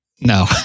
No